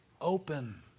open